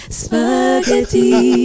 spaghetti